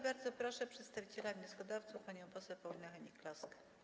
Bardzo proszę przedstawiciela wnioskodawców panią poseł Paulinę Hennig-Kloskę.